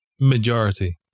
Majority